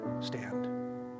stand